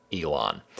Elon